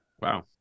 Wow